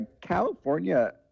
California